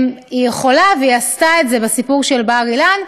היא יכולה והיא עשתה את זה בסיפור של בר-אילן,